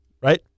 right